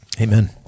Amen